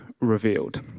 revealed